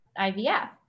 IVF